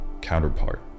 counterpart